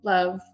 Love